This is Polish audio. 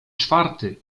czwarty